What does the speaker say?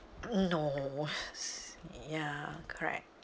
no ya correct